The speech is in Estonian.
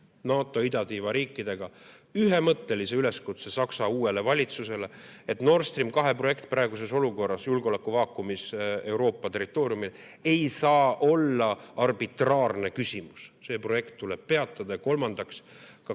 NATO idatiiva riikidega ühemõttelise üleskutse Saksamaa uuele valitsusele, et Nord Stream 2 projekt praeguses olukorras, julgeolekuvaakumis Euroopa territooriumil, ei saa olla arbitraarne küsimus. See projekt tuleb peatada. Ka